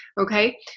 Okay